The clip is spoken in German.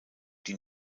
die